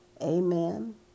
Amen